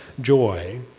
joy